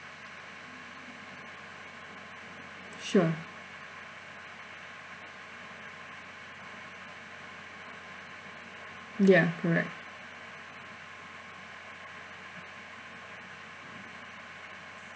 sure ya correct